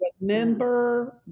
remember